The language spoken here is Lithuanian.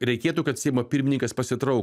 reikėtų kad seimo pirmininkas pasitrauktų